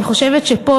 אני חושבת שפה,